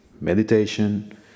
meditation